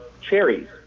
cherries